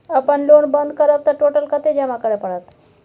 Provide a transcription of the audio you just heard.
अपन लोन बंद करब त टोटल कत्ते जमा करे परत?